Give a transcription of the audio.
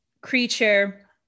creature